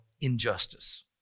injustice